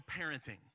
parenting